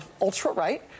ultra-right